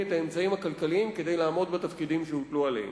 את האמצעים הכלכליים כדי לעמוד בתפקידים שהוטלו עליו.